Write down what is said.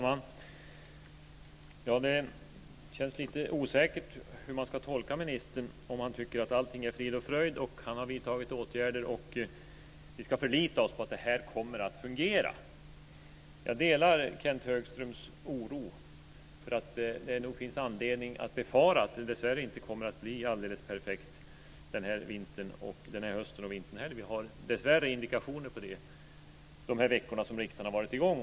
Fru talman! Det känns lite osäkert hur man ska tolka ministern, om han tycker att allting är frid och fröjd - han har vidtagit åtgärder, och vi ska förlita oss på att det kommer att fungera. Jag delar Kenth Högströms oro för att det finns anledning att befara att det inte heller denna höst och vinter kommer att bli helt perfekt. Vi har dessvärre indikationer på det under de veckor som riksdagen har varit i gång.